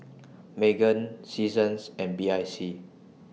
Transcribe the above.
Megan Seasons and B I C